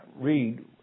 read